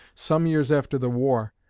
some years after the war,